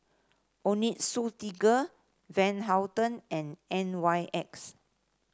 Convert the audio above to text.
Onitsuka Tiger Van Houten and N Y X